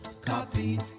Copy